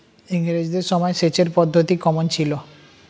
ইঙরেজদের সময় সেচের পদ্ধতি কমন ছিল?